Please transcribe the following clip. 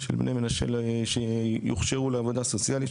של בני מנשה שיוכשרו לעבודה סוציאלית,